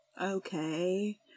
Okay